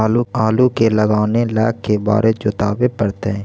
आलू के लगाने ल के बारे जोताबे पड़तै?